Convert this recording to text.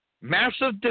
Massive